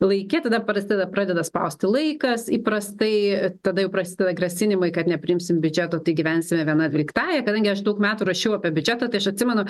laike tada prasideda pradeda spausti laikas įprastai tada jau prasideda grasinimai kad nepriimsim biudžeto tai gyvensime viena dvyliktąja kadangi aš daug metų rašiau apie biudžetą tai aš atsimenu